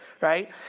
right